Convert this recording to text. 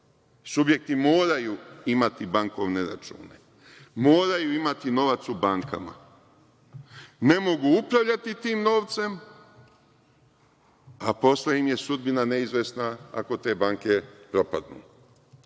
Subjekti moraju imati bankovne račune, moraju imati novac u bankama, ne mogu upravljati tim novcem, a posle im je sudbina neizvesna ako te banke propadnu. Trebamo,